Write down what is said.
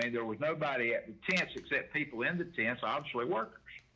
there was nobody at the tents except people in the tents obviously work